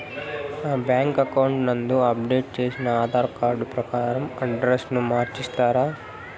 నా bank account నందు update చేసిన ఆధార్ కార్డు ప్రకారం అడ్రస్ ను మార్చిస్తారా?